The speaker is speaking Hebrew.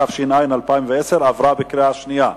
התש"ע 2010, עברה בקריאה שנייה.